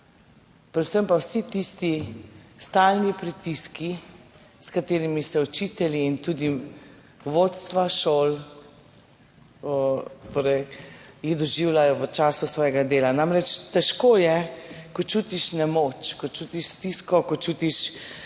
predvsem pa vsi tisti stalni pritiski, s katerimi se učitelji in tudi vodstva šol, torej, jih doživljajo v času svojega dela. Namreč, težko je, ko čutiš nemoč, ko čutiš stisko, ko čutiš